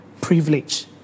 privilege